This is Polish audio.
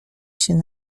się